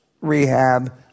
rehab